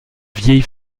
vieille